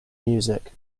music